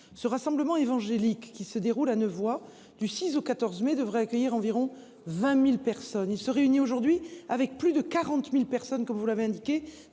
Ce rassemblement évangélique, qui se déroule cette année du 6 au 14 mai, devait accueillir environ 20 000 personnes. Elles sont aujourd'hui plus de 40 000, comme vous l'avez indiqué,